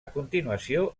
continuació